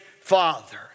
father